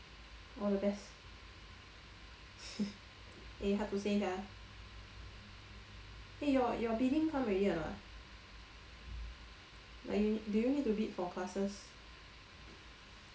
all the best eh hard to say sia eh your your bidding come already or not like do you need to bid for classes